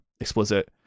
explicit